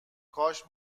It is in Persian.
کاش